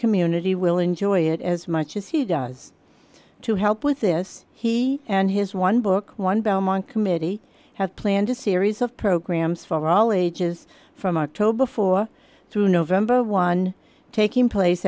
community will enjoy it as much as he does to help with this he and his one book one belmont committee have planned a series of programs for all ages from october four through november one taking place